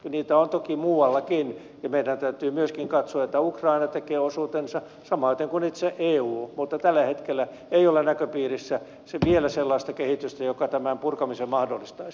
niitä on toki muuallakin ja meidän täytyy myöskin katsoa että ukraina tekee osuutensa samaten kuin itse eu mutta tällä hetkellä ei ole näköpiirissä vielä sellaista kehitystä joka tämän purkamisen mahdollistaisi